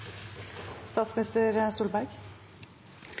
statsminister Erna Solberg